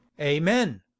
amen